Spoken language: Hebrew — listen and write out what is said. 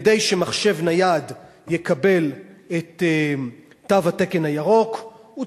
כדי שמחשב נייד יקבל את תו התקן הירוק הוא